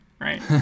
right